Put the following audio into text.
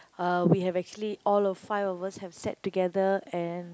uh we have actually all of five of us have sat together and